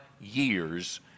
years